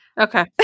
Okay